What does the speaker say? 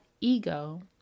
ego